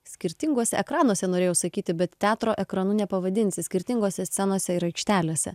skirtinguose ekranuose norėjau sakyti bet teatro ekranu nepavadinsi skirtingose scenose ir aikštelėse